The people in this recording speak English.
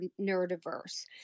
neurodiverse